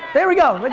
there we go. but